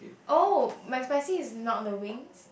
oh McSpicy is not the wings